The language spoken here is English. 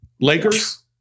Lakers